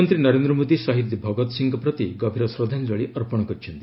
ପ୍ରଧାନମନ୍ତ୍ରୀ ନରେନ୍ଦ୍ର ମୋଦୀ ଶହୀଦ ଭଗତ ସିଂଙ୍କ ପ୍ରତି ଗଭୀର ଶ୍ରଦ୍ଧାଞ୍ଜଳି ଅର୍ପଣ କରିଛନ୍ତି